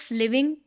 living